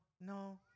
no